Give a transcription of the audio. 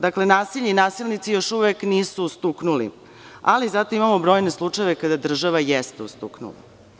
Dakle, nasilje i nasilnici još uvek nisu ustuknuli, ali zato imamo brojne slučajeve kada država jeste ustuknula.